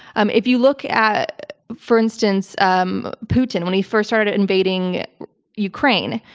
um if you look at for instance um putin when he first started invading ukraine,